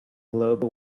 globe